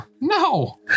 no